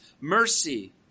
mercy